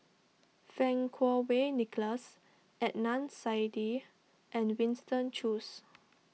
Fang Kuo Wei Nicholas Adnan Saidi and Winston Choos